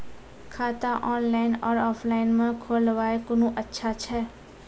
खाता ऑनलाइन और ऑफलाइन म खोलवाय कुन अच्छा छै?